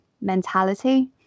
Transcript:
mentality